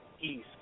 east